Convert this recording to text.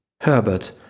Herbert